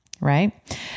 right